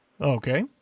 Okay